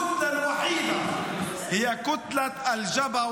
הגוש היחיד הוא גוש חד"ש,